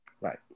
Right